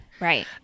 Right